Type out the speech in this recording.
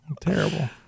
terrible